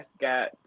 got